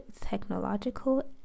technological